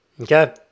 Okay